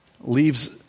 leaves